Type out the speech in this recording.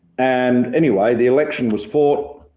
and anyway, the election was fought,